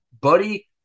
Buddy